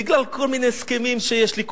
בגלל כל מיני הסכמים שיש לי,